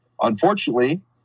Unfortunately